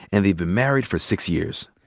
and they've been married for six years.